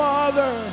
Father